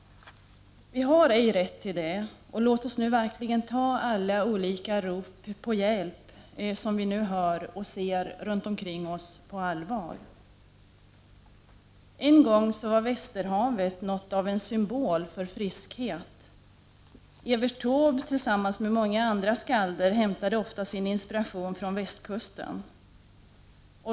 Vi har ej rätt till det. Låt oss nu verkligen ta alla de olika rop på hjälp som vi nu hör och ser runt omkring oss på allvar. En gång var Västerhavet något av en symbol för friskhet. Evert Taube liksom många andra skalder hämtade ofta sin inspiration från västkusten.